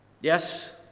Yes